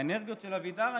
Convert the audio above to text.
האנרגיות של אבידר,